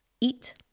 eat